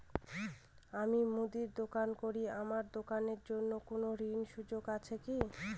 আমি মুদির দোকান করি আমার দোকানের জন্য কোন ঋণের সুযোগ আছে কি?